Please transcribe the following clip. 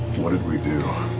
what did we do?